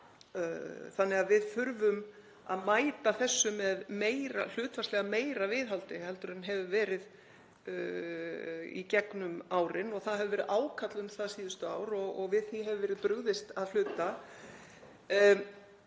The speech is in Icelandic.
þannig að við þurfum að mæta þessu með hlutfallslega meira viðhaldi heldur en hefur verið í gegnum árin. Það hefur verið ákall um það síðustu ár og við því hefur verið brugðist að hluta.